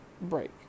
break